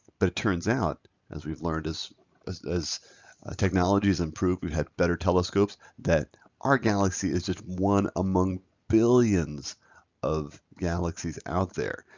but it turns out as we've learned, as as technologies improved, we've had better telescopes that our galaxy is just one among billions of galaxies out there.